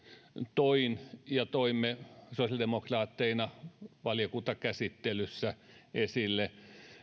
toin ja toimme sosiaalidemokraatteina valiokuntakäsittelyssä esille